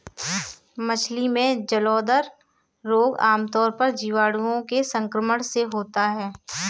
मछली में जलोदर रोग आमतौर पर जीवाणुओं के संक्रमण से होता है